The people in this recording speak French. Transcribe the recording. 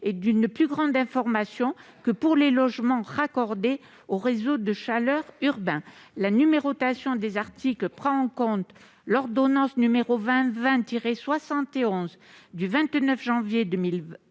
et d'une plus grande information que pour les logements raccordés aux réseaux de chaleur urbains. La numérotation des articles prend en compte l'ordonnance n° 2020-71 du 29 janvier 2020